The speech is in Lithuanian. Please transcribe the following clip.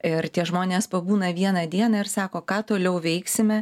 ir tie žmonės pabūna vieną dieną ir sako ką toliau veiksime